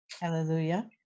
Hallelujah